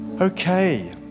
Okay